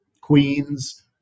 Queens